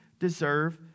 deserve